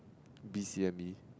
B C M E